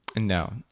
No